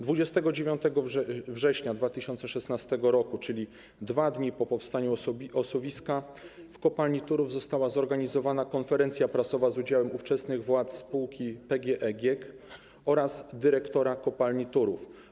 29 września 2016 r., czyli 2 dni po powstaniu osuwiska, w kopalni Turów została zorganizowana konferencja prasowa z udziałem ówczesnych władz spółki PGE GiEK oraz dyrektora kopalni Turów.